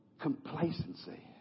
complacency